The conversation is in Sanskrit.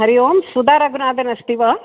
हरिः ओं सुथा रघुनाथन् अस्ति वा